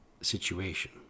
situation